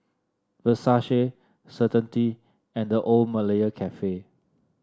Versace Certainty and The Old Malaya Cafe